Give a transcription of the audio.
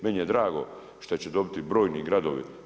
Meni je drago šta će dobiti brojni gradovi.